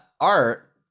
Art